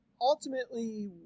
Ultimately